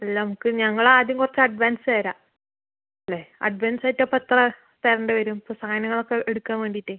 ഇല്ല നമുക്ക് ഞങ്ങൾ ആദ്യം കുറച്ച് അഡ്വാൻസ് തരാം അല്ലേ അഡ്വാൻസ് ആയിട്ട് അപ്പം എത്ര തരേണ്ടി വരും ഇപ്പോൾ സാധനങ്ങൾ ഒക്കെ എടുക്കാൻ വേണ്ടിയിട്ടെ